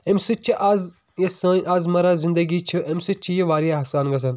اَمہِ سۭتۍ چھِ آز یۄس سٲنۍ آز مَرا زنٛدگی چھِ اَمہِ سۭتۍ چھِ یہِ واریاہ آسان گژھان